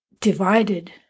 divided